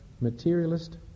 materialist